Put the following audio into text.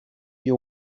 you